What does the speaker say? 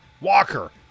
Walker